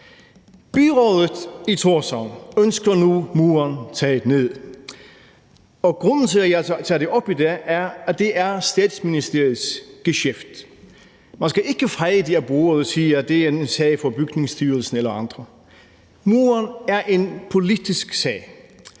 Byrådet i Thorshavn ønsker nu muren taget ned, og grunden til, at jeg tager det op i dag, er, at det er Statsministeriets gesjæft. Man skal ikke feje det af bordet og sige, at det er en sag for Bygningsstyrelsen eller andre. Muren er en politisk sag.